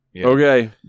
Okay